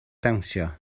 dawnsio